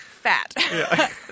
fat